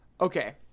Okay